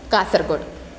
Kasaragod